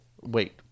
Wait